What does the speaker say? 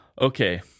Okay